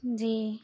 جی